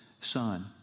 son